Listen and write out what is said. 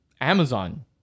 Amazon